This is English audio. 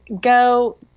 go